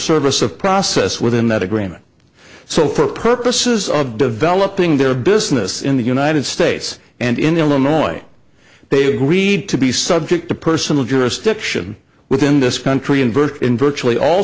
service of process within that agreement so for purposes of developing their business in the united states and in illinois they agreed to be subject to personal jurisdiction within this country and birth in virtually all